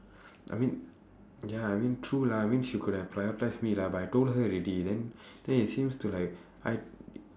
I mean ya I mean true lah I mean she could have prioritised me lah but I told her already then then it seems to like I